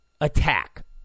attack